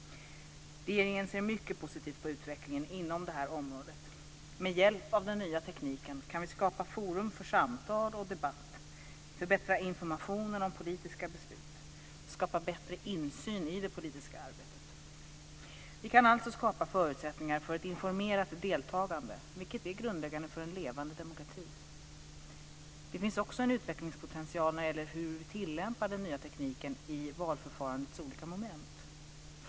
Regeringen ser mycket positivt på utvecklingen inom detta område. Med hjälp av den nya tekniken kan vi skapa forum för samtal och debatt, förbättra informationen om politiska beslut och skapa bättre insyn i det politiska arbetet. Vi kan alltså skapa förutsättningar för ett informerat deltagande, vilket är grundläggande för en levande demokrati. Det finns även en utvecklingspotential när det gäller tillämpning av ny teknik i valförfarandets olika moment.